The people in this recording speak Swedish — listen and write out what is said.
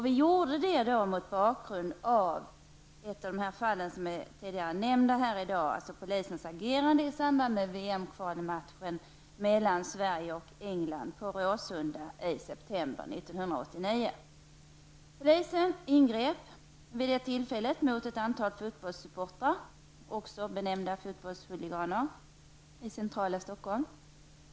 Vi gjorde det mot bakgrund av den händelse som har nämnts tidigare i dag, nämligen polisens agerande i samband med VM-kvalmatchen i fotboll mellan Polisen ingrep vid det tillfället mot ett antal fotbollssupportrar -- också benämnda fotbollshulliganer -- i centrala Stockholm.